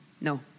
no